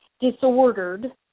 disordered